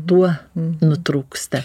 tuo nutrūksta